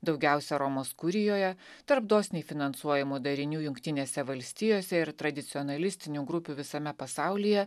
daugiausiai romos kurijoje tarp dosniai finansuojamo darinių jungtinėse valstijose ir tradicionalistinių grupių visame pasaulyje